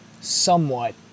somewhat